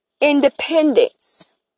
Independence